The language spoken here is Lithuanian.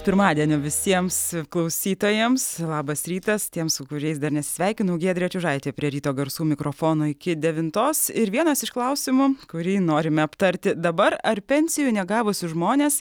pirmadienio visiems klausytojams labas rytas tiems su kuriais dar nesveikinau giedrė čiužaitė prie ryto garsų mikrofono iki devintos ir vienas iš klausimų kurį norime aptarti dabar ar pensijų negavusius žmones